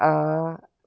uh